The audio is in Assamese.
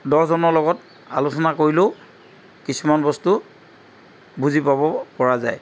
দহজনৰ লগত আলোচনা কৰিলেও কিছুমান বস্তু বুজি পাব পৰা যায়